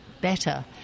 better